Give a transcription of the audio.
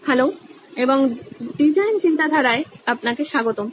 hello এবং design চিন্তাধারায় আপনাকে স্বাগতম